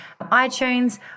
iTunes